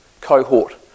cohort